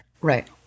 Right